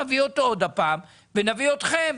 נביא אותו עוד הפעם ונביא אתכם,